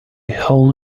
whole